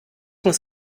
muss